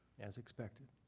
as expected.